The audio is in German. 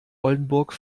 oldenburg